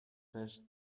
fish